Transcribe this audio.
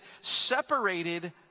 separated